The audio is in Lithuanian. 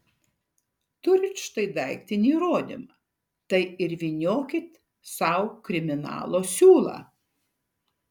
turit štai daiktinį įrodymą tai ir vyniokit sau kriminalo siūlą